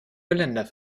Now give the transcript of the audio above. geländer